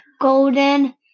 golden